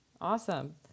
awesome